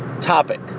topic